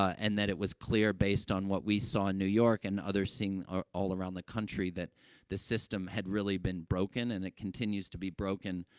and that it was clear, based on what we saw in new york and others seen, ah, all around the country that the system had really been broken, and it continues to be broken,